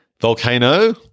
Volcano